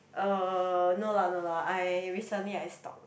um no lah no lah I recently I stop